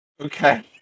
Okay